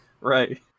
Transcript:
Right